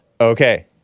Okay